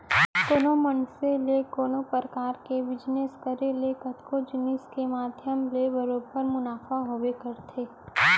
कोनो मनसे के कोनो परकार के बिजनेस करे ले कतको जिनिस के माध्यम ले बरोबर मुनाफा होबे करथे